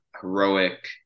heroic